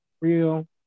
real